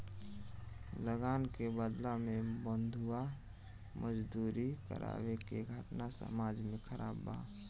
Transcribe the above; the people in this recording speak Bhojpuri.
लगान के बदला में बंधुआ मजदूरी करावे के घटना समाज में खराब बा